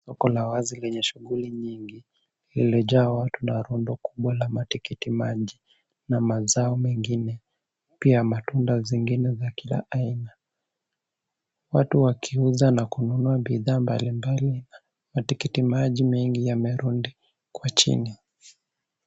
Soko la uwazi lenye shughuli nyingi, lililojaa watu na rundo kubwa la matikiti maji na mazao mengine. Pia matunda zingine za kila aina. Watu wakiuza na kununua bidhaa mbalimbali, matikiti maji mengi yamerundikwa chini.